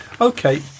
Okay